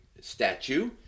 statue